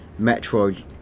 Metroid